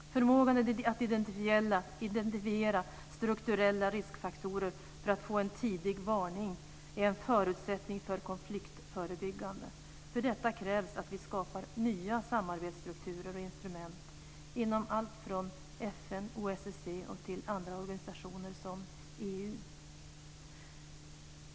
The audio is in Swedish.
Förmågan att identifiera strukturella riskfaktorer för att få en tidig varning är en förutsättning för konfliktförebyggande. För detta krävs att vi skapar nya samarbetsstrukturer och instrument inom allt från FN och OSSE till andra organisationer som EU.